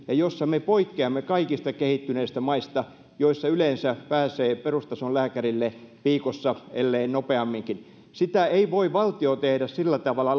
ja jossa me poikkeamme kaikista kehittyneistä maista joissa yleensä pääsee perustason lääkärille viikossa ellei nopeamminkin sitä ei voi valtio tehdä sillä tavalla